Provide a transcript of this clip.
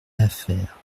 affaire